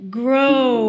grow